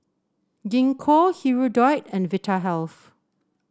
Gingko Hirudoid and Vitahealth